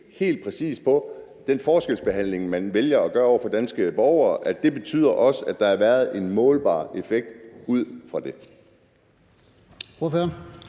helt præcis for den forskelsbehandling, man vælger at udsætte danske borgere for. Betyder det også, at der har været en målbar effekt ud fra det?